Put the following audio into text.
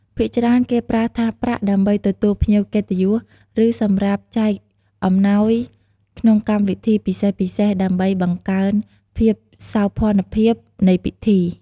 ភាគច្រើនគេប្រើថាសប្រាក់ដើម្បីទទួលភ្ញៀវកិត្តិយស ឬសម្រាប់ចែកអំណោយក្នុងកម្មវិធីពិសេសៗ ដើម្បីបង្កើនភាពសោភ័ណភាពនៃពិធី។